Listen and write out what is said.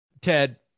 Ted